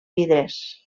vidres